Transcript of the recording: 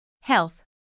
Health